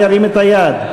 ירים את ידו.